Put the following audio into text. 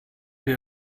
wir